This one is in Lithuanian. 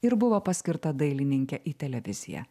ir buvo paskirta dailininke į televiziją